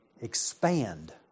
expand